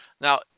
now